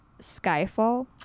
Skyfall